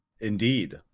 Indeed